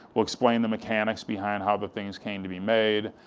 we'll explain the mechanics behind how the things came to be made,